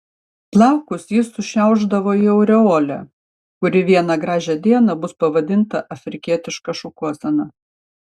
plaukus jis sušiaušdavo į aureolę kuri vieną gražią dieną bus pavadinta afrikietiška šukuosena